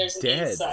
dead